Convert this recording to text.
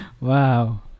Wow